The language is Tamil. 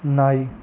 நாய்